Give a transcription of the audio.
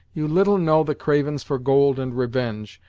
you little know the cravin's for gold and revenge,